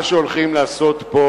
מה שהולכים לעשות פה